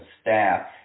staff